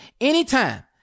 anytime